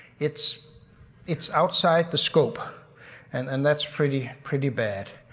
it's it's outside the scope and that's pretty pretty bad.